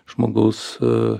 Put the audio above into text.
žmogaus a